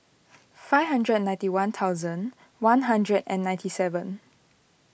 five hundred ninety one thousand one hundred and ninety seven